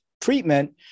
treatment